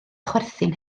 chwerthin